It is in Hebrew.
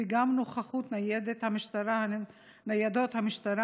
וגם יש נוכחות גדולה של ניידות משטרה